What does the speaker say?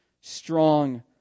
strong